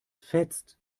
fetzt